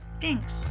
thanks